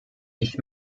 ich